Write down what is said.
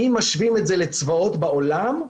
אם משווים את זה לצבאות בעולם,